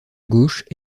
gauche